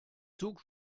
zug